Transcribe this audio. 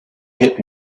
hit